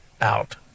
out